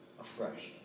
afresh